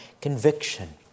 conviction